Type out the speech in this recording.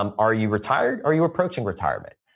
um are you retired? are you approaching retirement?